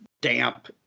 damp